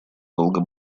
долго